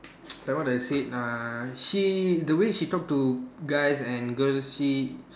like what I said uh she the way she talk to guys and girls she